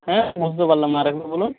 হ্যাঁ বুঝতে পারলাম না আরেকবার বলুন